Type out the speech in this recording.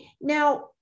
Now